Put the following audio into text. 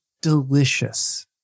Delicious